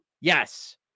yes